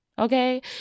Okay